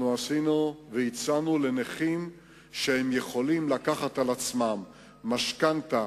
הצענו לנכים שיכולים לקחת על עצמם משכנתה